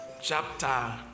chapter